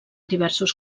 diversos